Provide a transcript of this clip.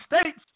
States